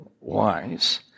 wise